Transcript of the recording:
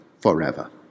forever